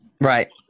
Right